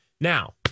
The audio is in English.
Now